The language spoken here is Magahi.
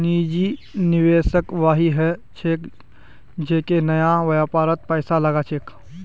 निजी निवेशक वई ह छेक जेको नया व्यापारत पैसा लगा छेक